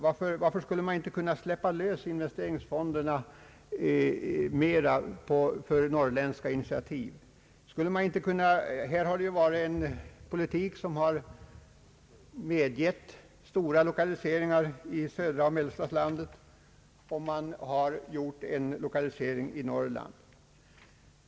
Varför skulle man inte kunna släppa lös investeringsfonderna mera för norrländska initiativ? Här har förts en politik som medgett stora lokaliseringar i södra och mellersta landet, om man har gjort en mindre lokalisering i Norrland.